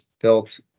built